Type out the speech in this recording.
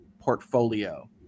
portfolio